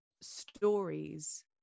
stories